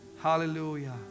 Hallelujah